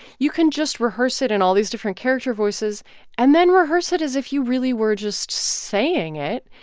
you can just rehearse it in all these different character voices and then rehearse it as if you really were just saying it.